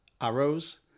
Arrows